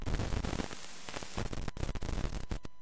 אני רוצה לברך את משפחתו של מג'די על הפעולות שהם מארגנים במשך כל